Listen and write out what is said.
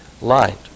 light